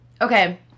Okay